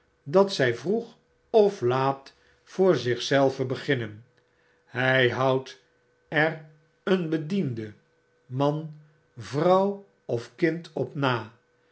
dat zy vroeg of laat voor zich zelven beginnen hij houdt er een hediende man vrouw of kind op na